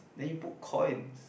then you put coins